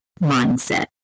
mindset